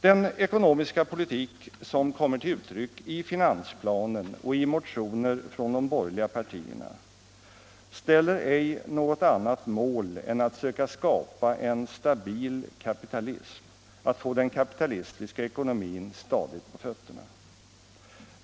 Den ekonomiska politik som kommer till uttryck i finansplanen och i motioner från de borgerliga partierna ställer ej något annat mål än att söka skapa en stabil kapitalism, att få den kapitalistiska ekonomin stadigt på fötterna.